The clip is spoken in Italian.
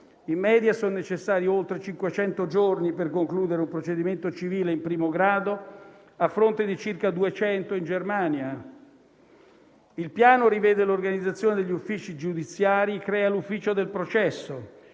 In media sono necessari oltre 500 giorni per concludere un procedimento civile in primo grado, a fronte dei circa 200 in Germania. Il Piano rivede l'organizzazione degli uffici giudiziari e crea l'ufficio del processo,